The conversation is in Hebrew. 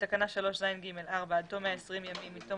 בתקנה 3ז(ג)(4) עד תום 120 ימים מתום